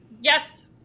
yes